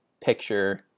picture